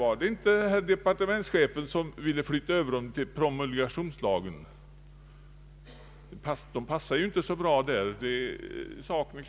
Var det inte departementschefen som ville flytta över dem till promulgationslagen? De passar ju förstås inte så bra där.